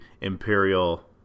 Imperial